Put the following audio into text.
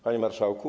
Panie Marszałku!